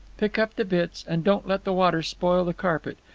pick up the bits, and don't let the water spoil the carpet.